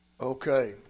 Okay